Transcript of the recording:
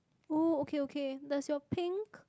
ooh okay okay does your pink